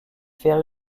faire